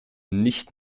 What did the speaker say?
nicht